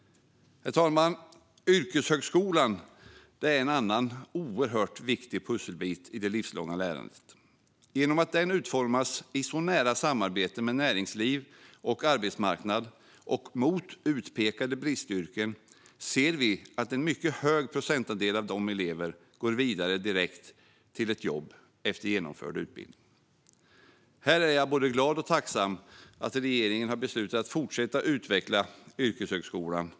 Herr talman! Yrkeshögskolan är en annan oerhört viktig pusselbit i det livslånga lärandet. Genom att den utformas i nära samarbete med näringsliv och arbetsmarknad och mot utpekade bristyrken ser vi att en mycket hög procentandel av dessa elever går vidare direkt till ett jobb efter genomförd utbildning. Här är jag både glad och tacksam över att regeringen har beslutat att fortsätta utveckla yrkeshögskolan.